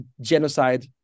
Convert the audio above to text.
genocide